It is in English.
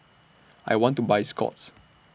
I want to Buy Scott's